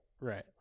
Right